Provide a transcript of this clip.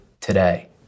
today